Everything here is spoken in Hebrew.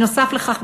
נוסף על כך,